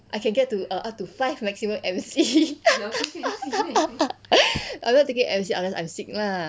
I can get to err up to five maximum M_C I'm not taking M_C I'm just I'm sick lah